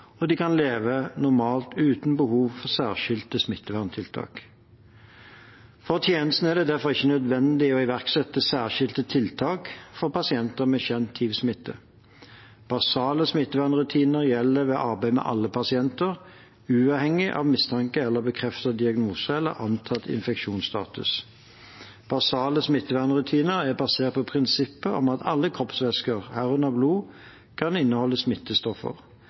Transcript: og de kan leve normalt, uten behov for særskilte smitteverntiltak. For tjenestene er det derfor ikke nødvendig å iverksette særskilte tiltak for pasienter med kjent hivsmitte. Basale smittevernrutiner gjelder ved arbeid med alle pasienter, uavhengig av mistenkt eller bekreftet diagnose eller antatt infeksjonsstatus. Basale smittevernrutiner er basert på prinsippet om at alle kroppsvæsker, herunder blod, kan inneholde smittestoffer.